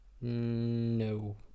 No